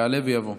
יעלה ויבוא.